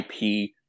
IP